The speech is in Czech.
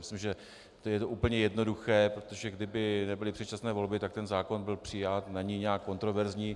Já myslím, že je to úplně jednoduché, protože kdyby nebyly předčasné volby, tak ten zákon byl přijat, není nějak kontroverzní.